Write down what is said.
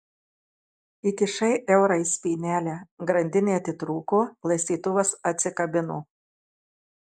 įkišai eurą į spynelę grandinė atitrūko laistytuvas atsikabino